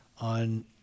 on